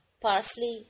parsley